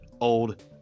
old